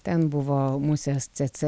ten buvo musės cėcė